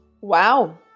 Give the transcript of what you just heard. Wow